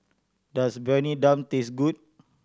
does Briyani Dum taste good